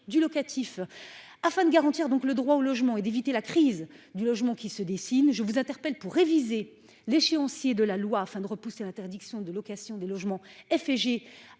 du locatif afin de garantir donc le droit au logement et d'éviter la crise du logement qui se dessine, je vous interpelle pour réviser l'échéancier de la loi afin de repousser l'interdiction de location des logements F